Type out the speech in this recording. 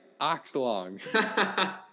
Oxlong